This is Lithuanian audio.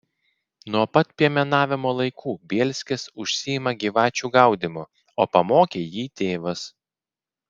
nuo pat piemenavimo laikų bielskis užsiima gyvačių gaudymu o pamokė jį tėvas